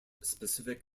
specific